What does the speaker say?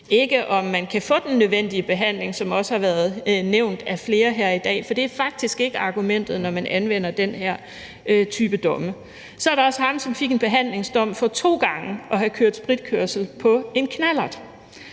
ikke om man kan få den nødvendige behandling, som også har været nævnt af flere her i dag, for det er faktisk ikke argumentet, når man anvender den her type domme. Kl. 14:07 Så er der også ham, som fik en behandlingsdom for to gange at have kørt spritkørsel på en knallert.